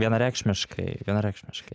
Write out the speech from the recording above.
vienareikšmiškai vienareikšmiškai